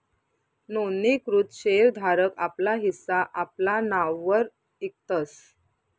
नोंदणीकृत शेर धारक आपला हिस्सा आपला नाववर इकतस